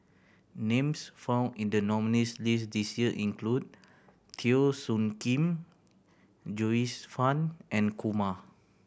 names found in the nominees' list this year include Teo Soon Kim Joyce Fan and Kumar